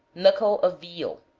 knuckle of veal.